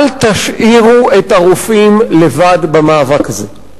אל תשאירו את הרופאים לבד במאבק הזה.